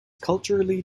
culturally